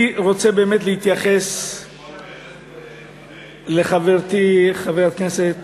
אני רוצה באמת להתייחס לחברתי חברת הכנסת